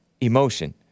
emotion